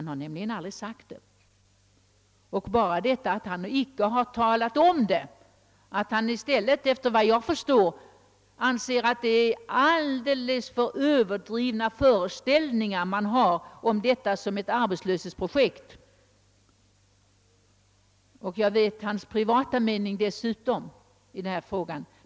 Han har nämligen aldrig sagt detta. I stället anser han, efter vad jag förstår, att det är alldeles för överdrivna föreställningar man har om detta som ett arbetslöshetsprojekt. Jag känner dessutom till hans privata mening i denna fråga.